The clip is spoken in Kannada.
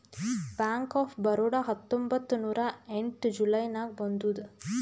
ಬ್ಯಾಂಕ್ ಆಫ್ ಬರೋಡಾ ಹತ್ತೊಂಬತ್ತ್ ನೂರಾ ಎಂಟ ಜುಲೈ ನಾಗ್ ಬಂದುದ್